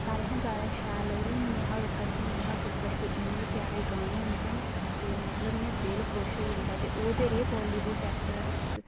सारे हां जादा शैल लगदी नेहा कक्कर ते नेहा कक्कर दे इन्ने प्यारे गाने होंदे न ते मतलब इ'यां दिल खुश होई जंदा ते ओह्दे एह् बालीबुड़ ऐक्ट्रैस